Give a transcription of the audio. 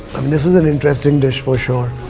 um this is an interesting dish for sure.